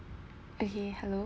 okay hello